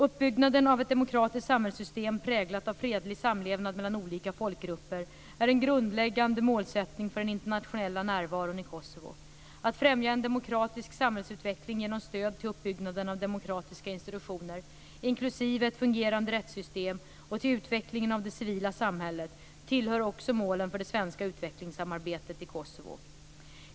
Uppbyggnaden av ett demokratiskt samhällssystem präglat av fredlig samlevnad mellan olika folkgrupper är en grundläggande målsättning för den internationella närvaron i Kosovo. Att främja en demokratisk samhällsutveckling genom stöd till uppbyggnaden av demokratiska institutioner inklusive ett fungerande rättssystem och till utvecklingen av det civila samhället tillhör också målen för det svenska utvecklingssamarbetet i Kosovo.